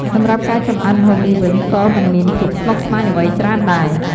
សម្រាប់ការចម្អិន ម្ហូបនេះវិញក៏មិនមានភាពស្មុគស្មាញអ្វីច្រើនដែរ។